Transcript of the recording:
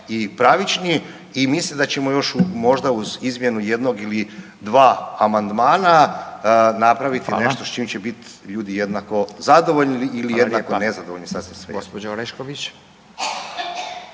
i pravični i mislim da ćemo još možda uz izmjenu jednog ili dva amandmana napraviti nešto …/Upadica: Hvala./… s čim će bit ljudi jednako zadovoljni ili jednako nezadovoljni